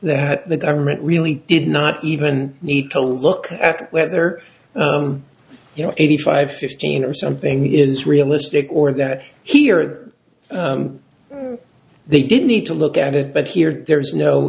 that the government really did not even need to look at whether you know eighty five fifteen or something is realistic or that he or they didn't need to look at it but here there is no